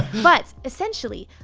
but essentially,